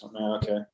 Okay